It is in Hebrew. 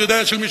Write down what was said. אתה יודע של מי?